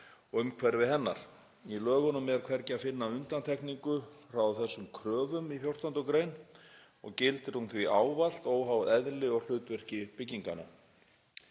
og umhverfi hennar. Í lögunum er hvergi að finna undantekningu frá þessum kröfum 14. gr. og gildir hún því ávallt, óháð eðli og hlutverki byggingarinnar.